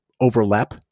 overlap